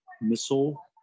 Missile